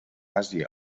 àsia